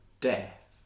death